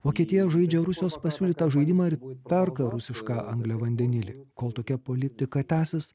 vokietija žaidžia rusijos pasiūlytą žaidimą ir perka rusišką angliavandenilį kol tokia politika tęsis